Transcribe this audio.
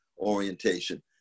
orientation